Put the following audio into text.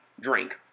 drink